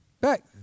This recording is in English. back